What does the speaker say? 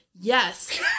Yes